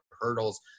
hurdles